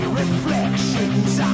reflections